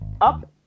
up